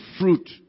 fruit